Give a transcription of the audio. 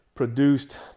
produced